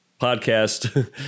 podcast